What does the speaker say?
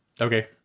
Okay